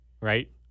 Right